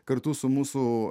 kartu su mūsų